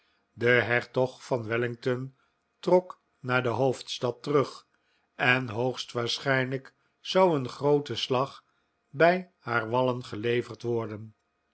de hertog van wellington trok naar de hoofdstad terug en hoogstwaarschijnlijk zou een groote slag bij haar wallen geleverd worden